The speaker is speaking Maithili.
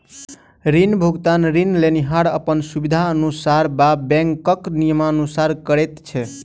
ऋण भुगतान ऋण लेनिहार अपन सुबिधानुसार वा बैंकक नियमानुसार करैत छै